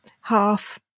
half